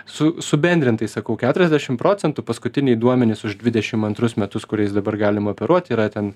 su subendrintai sakau keturiasdešim procentų paskutiniai duomenys už dvidešim antrus metus kuriais dabar galim operuot yra ten